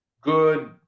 good